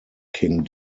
king